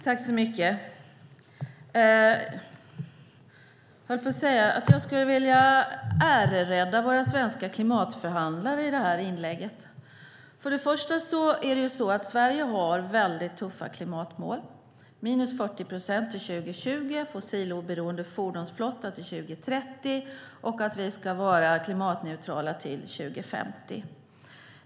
Fru talman! Jag skulle vilja ärerädda våra svenska klimatförhandlare i det här inlägget. För det första har Sverige väldigt tuffa klimatmål: minus 40 procent till 2020, en fossiloberoende fordonsflotta till 2030 och att vi ska vara klimatneutrala till 2050.